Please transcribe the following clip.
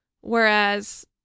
whereas